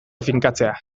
finkatzea